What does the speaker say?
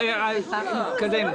נתקדם.